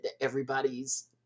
everybody's